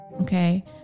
Okay